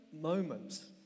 moments